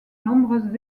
nombreuses